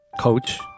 Coach